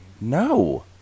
No